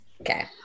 Okay